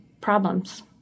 problems